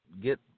get